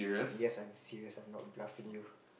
yes I'm serious I'm not bluffing you